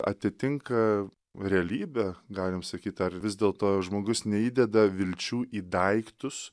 atitinka realybę galim sakyt ar vis dėl to žmogus neįdeda vilčių į daiktus